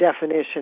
definition